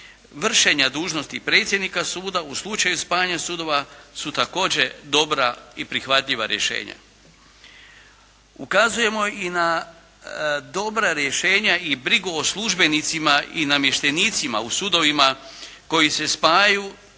vršenja dužnosti predsjednika suda u slučaju spajanja sudova su također dobra i prihvatljiva rješenja. Ukazujemo i na dobra rješenja i brigu o službenicima i namještenicima u sudovima koji se spajaju